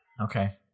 Okay